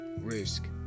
Risk